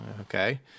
okay